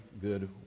good